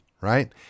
right